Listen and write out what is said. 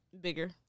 bigger